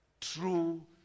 true